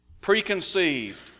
preconceived